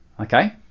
okay